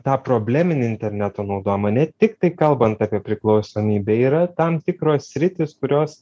tą probleminį interneto naudojimą ne tiktai kalbant apie priklausomybę yra tam tikros sritys kurios